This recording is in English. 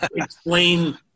explain